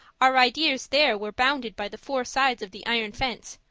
our ideas there were bounded by the four sides of the iron fence,